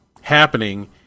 happening